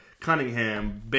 Cunningham